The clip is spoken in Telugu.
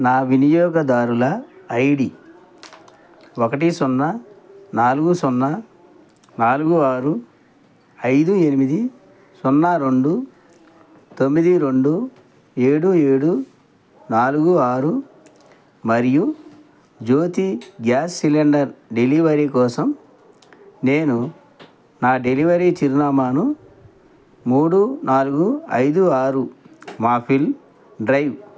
నా వినియోగదారుల ఐ డీ ఒకటి సున్నా నాలుగు సున్నా నాలుగు ఆరు ఐదు ఎనిమిది సున్నా రెండు తొమ్మిది రెండు ఏడు ఏడు నాలుగు ఆరు మరియు జ్యోతి గ్యాస్ సిలిండర్ డెలివరీ కోసం నేను నా డెలివరీ చిరునామాను మూడు నాలుగు ఐదు ఆరు మాఫిల్ డ్రైవ్